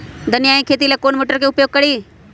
धनिया के खेती ला कौन मोटर उपयोग करी?